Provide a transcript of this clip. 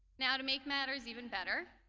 now to make matters even better,